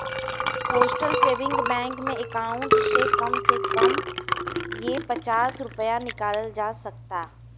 postal saving bank में account से कम से कम हे पचास रूपया निकालल जा सकता